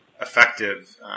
effective